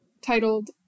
titled